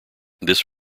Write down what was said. this